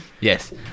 Yes